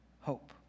hope